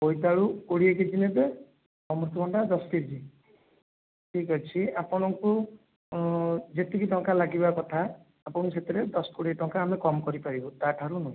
ବୋଇତାଳୁ କୋଡ଼ିଏ କେଜି ନେବେ ଅମୃତଭଣ୍ଡା ଦଶ କେଜି ଠିକ ଅଛି ଆପଣଙ୍କୁ ଯେତିକି ଟଙ୍କା ଲାଗିବା କଥା ଆପଣଙ୍କୁ ସେଥିରେ ଦଶ କୋଡ଼ିଏ ଟଙ୍କା ଆମେ କମ କରିପାରିବୁ ତା'ଠାରୁ ନୁହେଁ